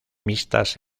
mixtas